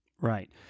Right